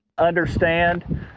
understand